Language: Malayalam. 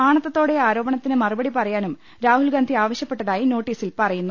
ആണത്തോടെ ആരോപണത്തിന് മറുപടി പറയാനും രാഹുൽഗാന്ധി ആവശ്യപ്പെട്ടതായി നോട്ടീസിൽ പറയുന്നു